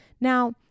Now